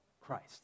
Christ